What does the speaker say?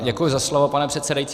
Děkuji za slovo, pane předsedající.